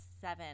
seven